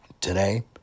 today